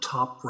Top